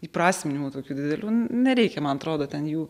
įprasminimų tokių didelių nereikia man atrodo ten jų